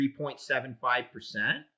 3.75%